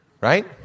right